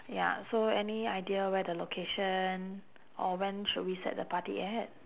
ya so any idea where the location or when should we set the party at